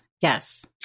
Yes